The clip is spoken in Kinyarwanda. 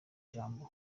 jambo